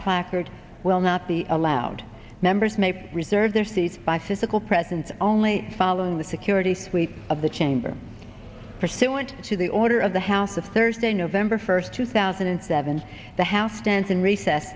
placards will not be allowed members may preserve their seats by physical presence only following the security sweep of the chamber pursuant to the order of the house of thursday november first two thousand and seven the house stands in recess